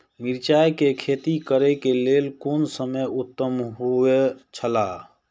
मिरचाई के खेती करे के लेल कोन समय उत्तम हुए छला?